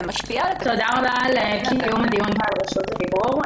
תודה רבה על קיום הדיון ועל רשות הדיבור.